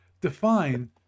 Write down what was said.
define